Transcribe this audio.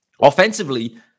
offensively